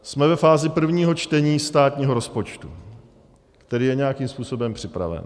Jsme ve fázi prvního čtení státního rozpočtu, který je nějakým způsobem připraven.